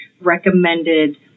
recommended